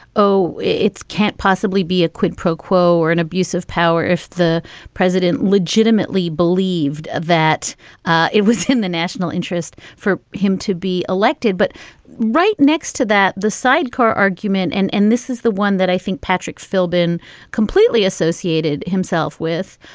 oh, it's can't possibly be a quid pro quo or an abuse of power if the president legitimately believed that it was in the national interest for him to be elected. but right next to that, the sidecar argument. and and this is the one that i think patrick philbin completely associated himself with,